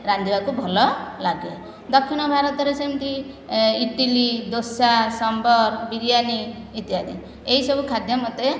ରାନ୍ଧିବାକୁ ଭଲ ଲାଗେ ଦକ୍ଷିଣ ଭାରତରେ ସେମିତି ଇଟିଲି ଦୋସା ସମ୍ବର ବିରିୟାନୀ ଇତ୍ୟାଦି ଏହିସବୁ ଖାଦ୍ୟ ମୋତେ